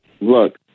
Look